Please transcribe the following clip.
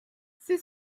c’est